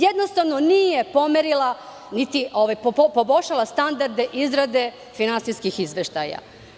Jednostavno, nije pomerila, niti poboljšala standarde izrade finansijskih izveštaja.